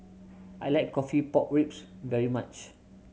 I like coffee pork ribs very much